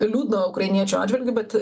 liūdna ukrainiečių atžvilgiu bet